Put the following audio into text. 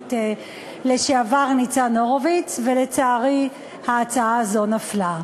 הכנסת לשעבר ניצן הורוביץ, ולצערי ההצעה הזו נפלה.